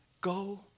go